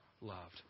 loved